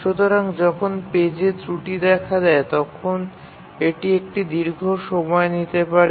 সুতরাং যখন পেজে ত্রুটি দেখা দেয় তখন এটি একটি দীর্ঘ সময় নিতে পারে